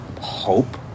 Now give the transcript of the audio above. hope